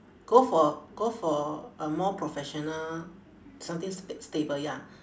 go for go for a more professional something st~ stable ya